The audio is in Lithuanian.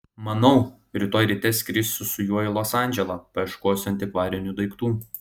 manau rytoj ryte skrisiu su juo į los andželą paieškosiu antikvarinių daiktų